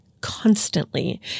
constantly